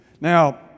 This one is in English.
Now